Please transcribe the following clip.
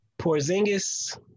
Porzingis